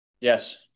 Yes